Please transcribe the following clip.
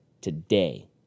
today